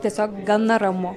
tiesiog gana ramu